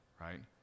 right